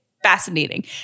fascinating